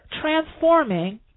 transforming